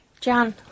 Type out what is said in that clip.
Jan